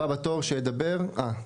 הבא בתור, דרור,